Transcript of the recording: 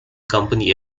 company